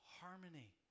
harmony